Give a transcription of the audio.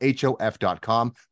hof.com